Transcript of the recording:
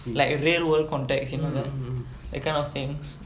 like real world context you know that that kind of things